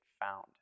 found